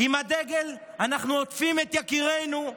עם הדגל אנחנו עוטפים את יקירינו,